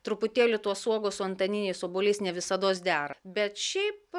truputėlį tos uogos su antaniniais obuoliais ne visados dera bet šiaip